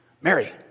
Mary